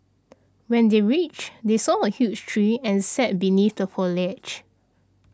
when they reached they saw a huge tree and sat beneath the foliage